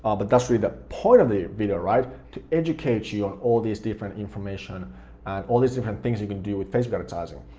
but that's really the point of the video, right, to educate you on all these different information and all these different things you can do with facebook advertising.